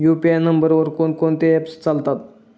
UPI नंबरवर कोण कोणते ऍप्स चालतात?